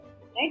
right